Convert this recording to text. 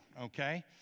okay